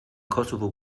kosovo